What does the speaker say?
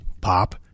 pop